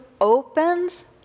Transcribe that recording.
opens